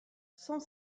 cent